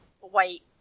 white